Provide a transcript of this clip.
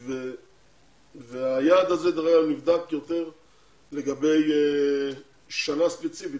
היעד הזה נבדק יותר לגבי שנה ספציפית.